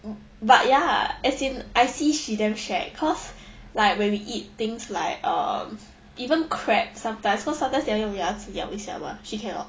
mm but ya as in I see she damn shag cause like when we eat things like um even crab sometimes cause sometimes 你要用牙齿咬一下 mah she cannot